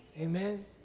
amen